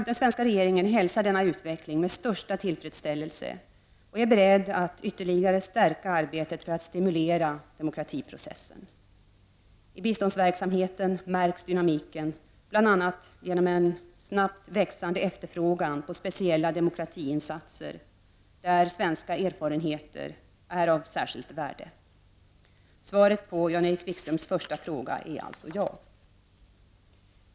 Den svenska regeringen hälsar denna utveckling med största tillfredsställelse och är beredd att ytterligare stärka arbetet för att stimulera demokratiprocessen. I biståndsverksamheten märks dynamiken bl.a. genom en snabbt växande efterfrågan på speciella demokratiinsatser, där svenska erfarenheter är av särskilt värde. Svaret på Jan-Erik Wikströms första fråga är alltså ja.